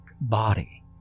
body